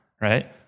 right